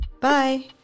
Bye